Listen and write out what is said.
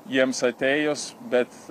jiems atėjus bet